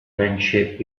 friendship